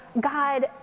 God